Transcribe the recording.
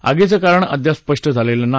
आगीचं कारण अद्याप स्पष्ट झालेलं नाही